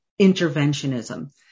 interventionism